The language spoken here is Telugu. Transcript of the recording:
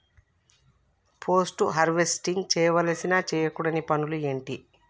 పోస్ట్ హార్వెస్టింగ్ చేయవలసిన చేయకూడని పనులు ఏంటి?